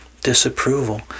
disapproval